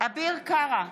אביר קארה,